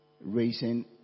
raising